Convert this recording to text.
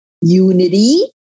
unity